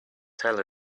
tel